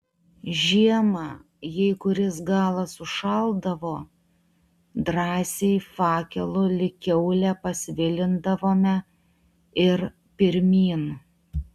žiemą jei kuris galas užšaldavo drąsiai fakelu lyg kiaulę pasvilindavome ir pirmyn